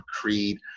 creed